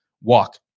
walk